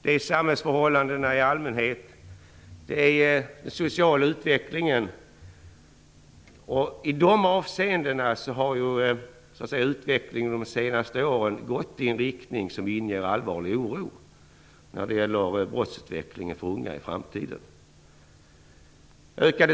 Det är samhällsförhållandena i allmänhet. Det är den sociala utvecklingen. I de avseendena har utvecklingen under de senaste åren gått i en riktning som inger allvarlig oro när det gäller brottsutvecklingen för unga i framtiden.